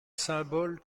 symbole